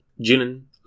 Jinan